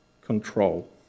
control